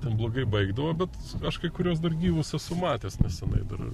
ten blogai baigdavo bet aš kai kuriuos dar gyvus esu matęs nesenai dar